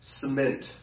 cement